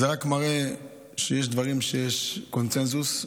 זה רק מראה שיש דברים שיש עליהם קונסנזוס.